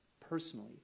personally